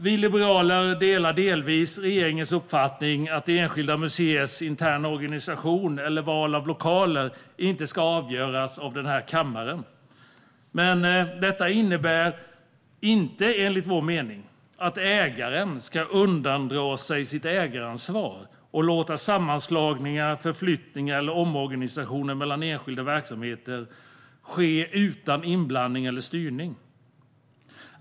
Vi liberaler delar delvis regeringens uppfattning att enskilda museers interna organisation eller val av lokaler inte ska avgöras av kammaren. Men det innebär inte, enligt vår mening, att ägaren ska undandra sig sitt ägaransvar och låta sammanslagningar, förflyttningar eller omorganisationer mellan enskilda verksamheter ske utan inblandning eller styrning.